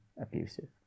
abusive